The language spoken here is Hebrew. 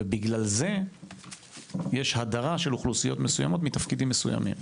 ובגלל זה יש הדרה של אוכלוסיות מסוימות מתפקידים מסומים.